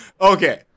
Okay